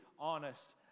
honest